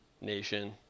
nation